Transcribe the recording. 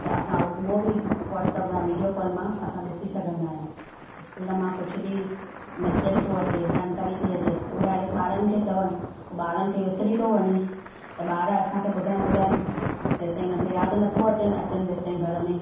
त असां उहो बि व्हाटसप सां वीडियो कॉल मां असां ॾिसी सघंदा आहियूं इस्कूलु मां कुझु बि मैसेज थो अचे जानकारी थी अचे हो डायरेक्ट ॿारनि खे चवनि उहो ॿारनि खे विसरी थो वञे त ॿार असांखे ॿुधाइनि ॿुधाइनि तेसिताईं उन खे यादि नथो अचनि अचनि जेसिताईं घर में